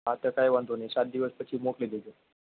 હા તે કાઇ વાંધો નહીં સાત દિવસ પછી મોકલી દેજો